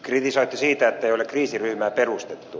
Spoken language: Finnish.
kritisoitte siitä ettei ole kriisiryhmää perustettu